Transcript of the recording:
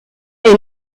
est